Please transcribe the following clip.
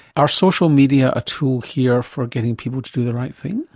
are social media a tool here for getting people to do the right thing?